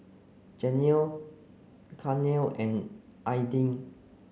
Janelle Gaynell and Aidyn